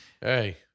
Hey